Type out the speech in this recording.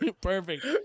Perfect